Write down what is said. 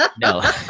no